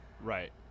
Right